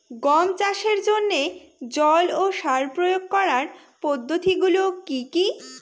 গম চাষের জন্যে জল ও সার প্রয়োগ করার পদ্ধতি গুলো কি কী?